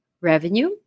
revenue